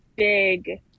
big